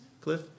Cliff